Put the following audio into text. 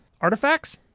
Artifacts